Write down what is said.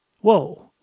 Whoa